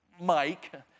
Mike